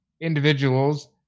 individuals